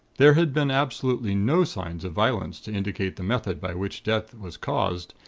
there had been absolutely no signs of violence to indicate the method by which death was caused,